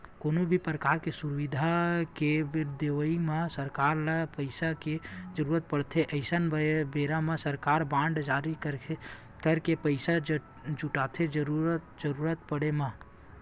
कोनो भी परकार के सुबिधा के देवई म सरकार ल पइसा के जरुरत पड़थे अइसन बेरा म सरकार बांड जारी करके पइसा जुटाथे जरुरत पड़े म